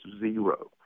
zero